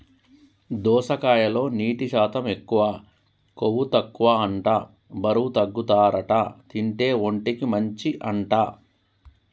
దోసకాయలో నీటి శాతం ఎక్కువ, కొవ్వు తక్కువ అంట బరువు తగ్గుతారట తింటే, ఒంటికి మంచి అంట